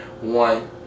one